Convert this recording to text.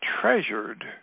treasured